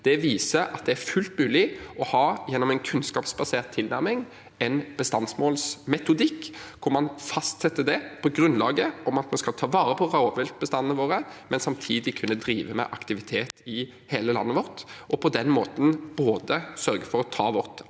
Det viser at det er fullt mulig – gjennom en kunnskapsbasert tilnærming – å ha en bestandsmålmetodikk hvor man fastsetter bestandsmålet på det grunnlag at vi skal ta vare på rovvilt bestandene våre, men samtidig kunne drive med aktivitet i hele landet vårt, og på den måten sørge for å ta vårt